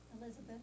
Elizabeth